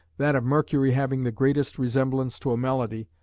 that of mercury having the greatest resemblance to a melody,